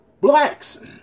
blacks